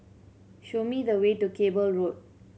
show me the way to Cable Road